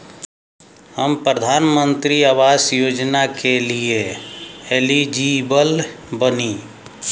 हम प्रधानमंत्री आवास योजना के लिए एलिजिबल बनी?